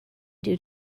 due